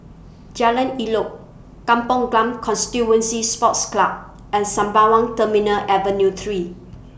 Jalan Elok Kampong Glam Constituency Sports Club and Sembawang Terminal Avenue three